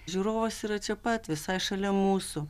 žiūrovas yra čia pat visai šalia mūsų